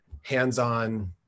hands-on